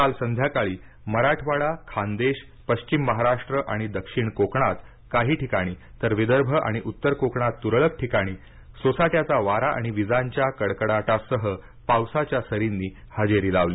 काल संध्याकाळी मराठवाडा खान्देश पश्चिम महाराष्ट्र आणि दक्षिण कोकणात काही ठिकाणी तर विदर्भ आणि उत्तर कोकणात त्रळक ठिकाणी सोसाट्याचा वारा आणि विजांच्या कडकडाटासह पावसाच्या सरींनी हजेरी लावली